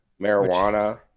marijuana